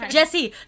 Jesse